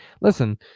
listen